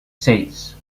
seis